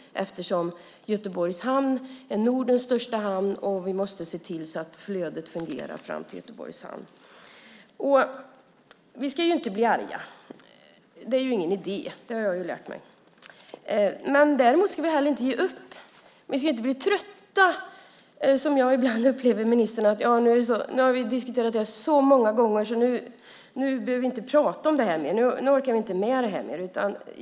Eftersom Göteborgs hamn är Nordens största hamn måste vi se till att flödet fungerar fram till den hamnen. Vi ska inte bli arga. Det är ingen idé - det har jag lärt mig. Däremot ska vi inte heller ge upp. Vi ska inte bli trötta, som jag ibland upplever att ministern är: Nu har vi diskuterat det här så många gånger att vi inte behöver prata om det, för vi orkar inte med det.